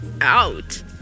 out